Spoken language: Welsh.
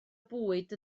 bwyd